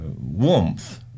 warmth